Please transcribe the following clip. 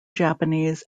japanese